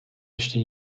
ještě